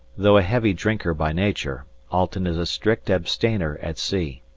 though a heavy drinker by nature, alten is a strict abstainer at sea.